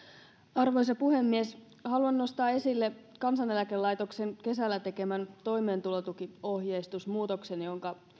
arvoisa puhemies haluan nostaa esille kansaneläkelaitoksen kesällä tekemän toimeentulotukiohjeistusmuutoksen jonka